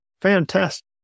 Fantastic